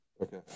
Okay